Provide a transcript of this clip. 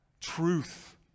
truth